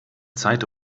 zeit